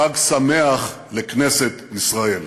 חג שמח לכנסת ישראל.